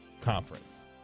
Conference